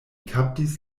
kaptis